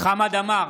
חמד עמאר,